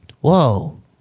whoa